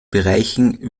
bereichen